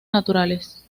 naturales